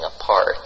apart